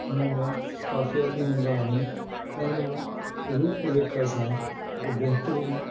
हुनमें काफ़िया बि हूंदा आहिनि ऐं उनमें रूप रेखा सां हिकु बहितरीनु